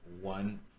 one